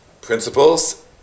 principles